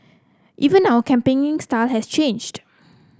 even our campaigning style has changed